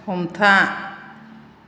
हमथा